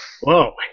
Whoa